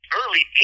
early